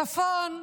בצפון,